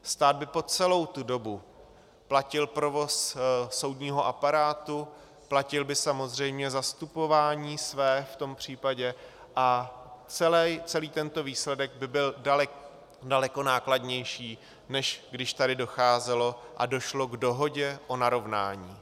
Stát by po celou tu dobu platil provoz soudního aparátu, platil by samozřejmě zastupování své v tom případě a celý tento výsledek by byl daleko nákladnější, než když tady docházelo a došlo k dohodě o narovnání.